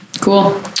Cool